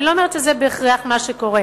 אני לא אומרת שזה בהכרח מה שקורה,